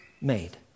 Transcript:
made